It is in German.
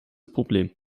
problem